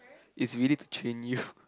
is really to train you